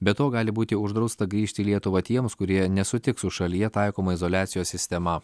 be to gali būti uždrausta grįžti į lietuvą tiems kurie nesutiks su šalyje taikoma izoliacijos sistema